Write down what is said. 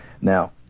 Now